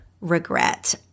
regret